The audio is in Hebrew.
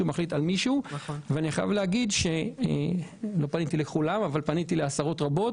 מחליט על מישהו לא פניתי לכולם אבל פניתי לעשרות רבות